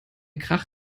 krach